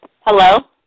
hello